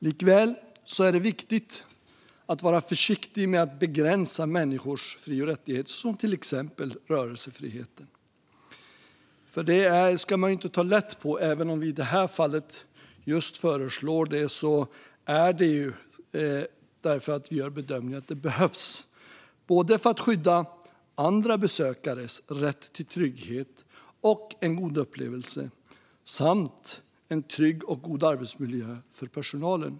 Likväl är det viktigt att vara försiktig med att begränsa människors fri och rättigheter, till exempel rörelsefriheten. Det ska man nämligen inte ta lätt på. Vi föreslår det i just det här fallet, men det är för att vi gör bedömningen att det behövs både för att skydda andra besökares rätt till trygghet och en god upplevelse och för att ge personalen en trygg och god arbetsmiljö, fru talman.